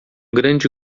grande